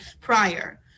prior